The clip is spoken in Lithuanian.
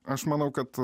aš manau kad